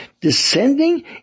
descending